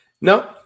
No